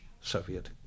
Soviet